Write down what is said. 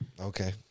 Okay